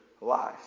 life